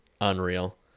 Unreal